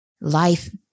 life